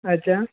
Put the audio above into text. अच्छा